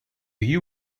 you